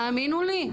האמינו לי,